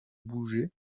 bouger